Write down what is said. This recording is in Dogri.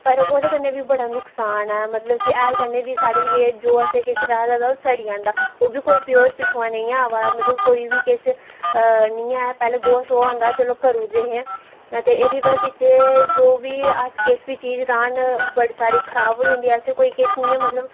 पर ओह्दे कन्नै बी बड़ा नुकसान ऐ हैल कन्नै बी बड़ा जो असैं किश राहे दा होऐ ओह् सड़ी जंदा ओह् बी प्योर पिच्छुआं दा नी ऐ अवा दा मतलव किश नी ऐ पैह्लैं चलो गोहा होंदा हा करी ओड़दे हे ते एह्दा बजह बिच्च जो बी अस कोई बी चीज रहान बड़ी सारी खराब होई जंदी असेंगी कोई एह् नी ऐ